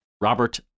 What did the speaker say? Robert